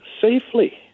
safely